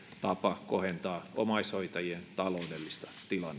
tapa kohentaa omaishoitajien taloudellista